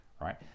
right